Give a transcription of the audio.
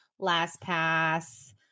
LastPass